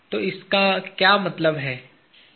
तो इसका क्या मतलब है